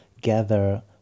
gather